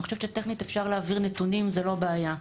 אני חושבת שטכנית אפשר להעביר נתונים, זו לא בעיה.